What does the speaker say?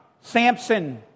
Samson